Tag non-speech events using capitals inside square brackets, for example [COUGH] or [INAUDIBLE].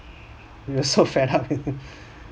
we were so fed up [LAUGHS]